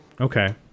Okay